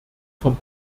vom